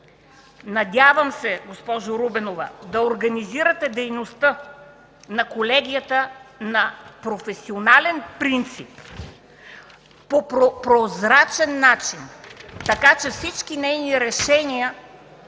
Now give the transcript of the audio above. Надявам се, госпожо Руменова, да организирате дейността на колегията на професионален принцип, по прозрачен начин, така че всички нейни решения